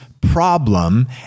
problem